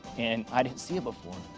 and i didn't see it before.